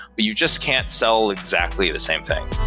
but you just can't sell exactly the same thing.